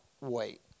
wait